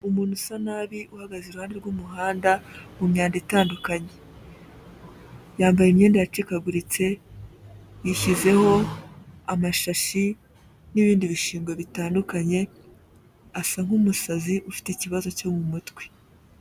Umuntu usa nabi uhagaze iruhande rw'umuhanda mu myanda itandukanye, yambaye imyenda yacikaguritse yishyizeho amashashi n'ibindi bishingwe bitandukanye, asa nk'umusazi ufite ikibazo cyo mu mutwe.